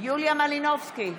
יוליה מלינובסקי,